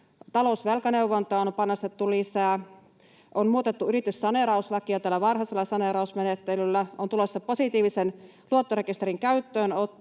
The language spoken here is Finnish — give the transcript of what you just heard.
talousvelkaneuvontaan on panostettu lisää, on muutettu yrityssaneerauslakia tällä varhaisella saneerausmenettelyllä, on tulossa positiivisen luottorekisterin käyttöönotto,